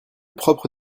propre